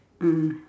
mm